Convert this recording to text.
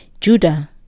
Judah